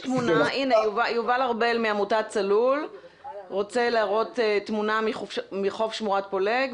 יובל ארבל מעמותת צלול רוצה להראות תמונה מחוף שמורת פולג,